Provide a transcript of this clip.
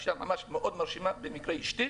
אישה ממש מרשימה, במקרה היא אשתי.